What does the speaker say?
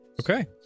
Okay